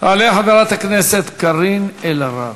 תעלה חברת הכנסת קארין אלהרר,